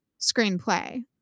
screenplay